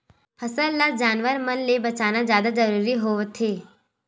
फसल ल जानवर मन ले बचाना जादा जरूरी होवथे